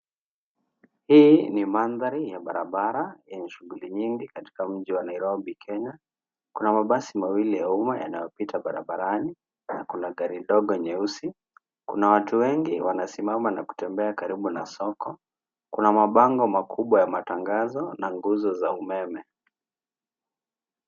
Hii ni mandhari ya barabara yenye shughuli nyingi katika mji wa Nairobi Kenya. Kuna mabasi mawili ya umma yanayopita barabarani na kuna gari ndogo nyeusi ,kuna watu wengi wanasimama na kutembea karibu na soko. Kuna mabango makubwa ya matagano na nguzo za umeme.